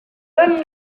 edan